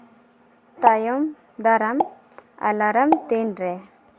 ᱛᱟᱭᱚᱢ ᱫᱟᱨᱟᱢ ᱮᱞᱟᱨᱟᱢ ᱛᱤᱱ ᱨᱮ